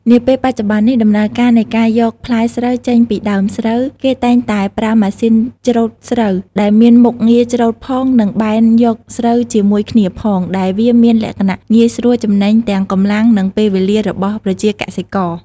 នាពេលបច្ចុប្បន្ននេះ ដំណើរការនៃការយកផ្លែស្រូវចេញពីដើមស្រូវ គេតែងតែប្រើប្រម៉ាស៊ីនច្រូតស្រូវដែលមានមុខងារច្រូតផងនិងបែនយកស្រូវជាមួយគ្នាផង ដែលវាមានលក្ខណៈងាយស្រួលចំណេញទាំងកម្លាំងនិងពេលវេលារបស់ប្រជាកសិករ។